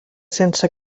sense